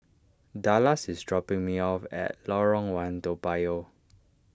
Dallas is dropping me off at Lorong one Toa Payoh